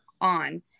on